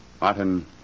Martin